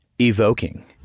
evoking